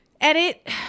edit